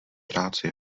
práce